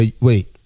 Wait